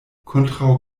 kontraŭ